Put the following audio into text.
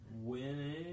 Winning